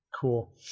cool